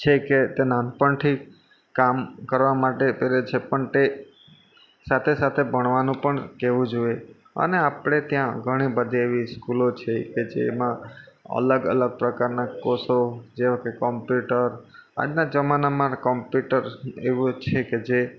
છે કે તે નાનપણથી કામ કરવા માટે કરે છે પણ તે સાથે સાથે ભણવાનું પણ કહેવું જોઈએ અને આપણે ત્યાં ઘણી બધી એવી સ્કૂલો છે કે જેમાં અલગ અલગ પ્રકારના કોર્સો જેવા કે કોમ્પ્યુટર આજના જમાનામાં કોમ્પ્યુટર એવું છે કે